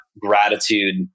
gratitude